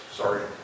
Sorry